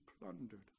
plundered